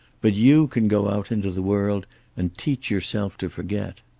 but you can go out into the world and teach yourself to forget.